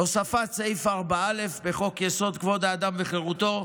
"הוספת סעיף 4א בחוק-יסוד: כבוד האדם וחירותו,